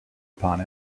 upon